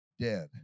dead